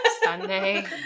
Sunday